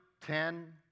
ten